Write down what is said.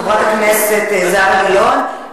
חברת הכנסת זהבה גלאון.